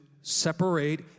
separate